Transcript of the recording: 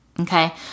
okay